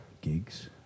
gigs